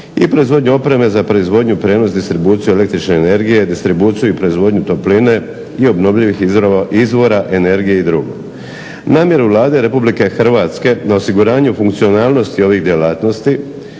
i proizvodnjom opreme za proizvodnju, prijenos, distribuciju električne energije, distribuciju i proizvodnju topline i obnovljivih izvora energije i drugo. Namjeru Vlade RH na osiguranju funkcionalnosti ovih djelatnosti